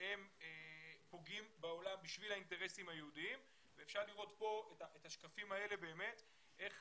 שהם פוגעים בעולם בשביל האינטרסים היהודים ואפשר לראות בשקפים האלה איך